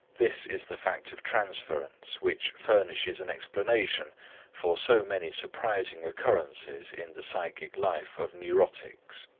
this is the fact of transference which furnishes an explanation for so many surprising occurrences in the psychic life of neurotics.